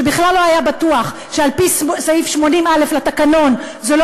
שבכלל לא היה בטוח שעל-פי סעיף 80(א) לתקנון זו לא